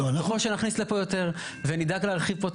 ככל שנכניס לפה יותר ונדאג להרחיב פה את